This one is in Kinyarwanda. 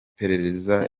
iperereza